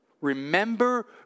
Remember